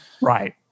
Right